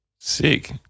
Sick